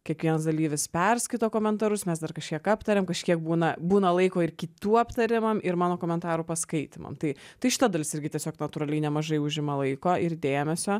kiekvienas dalyvis perskaito komentarus mes dar kažkiek aptariam kažkiek būna būna laiko ir kitų aptariamam ir mano komentarų paskaitymam tai tai šita dalis irgi tiesiog natūraliai nemažai užima laiko ir dėmesio